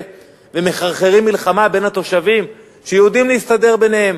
ומחרחרים מלחמה בין התושבים שיודעים להסתדר ביניהם,